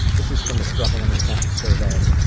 this is from the struggle in a sentence survey,